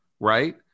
right